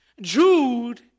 Jude